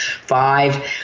five